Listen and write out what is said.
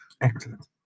Excellent